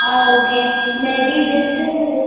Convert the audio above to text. ஆ okay இந்த டி டிக்ஸ்கு